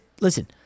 listen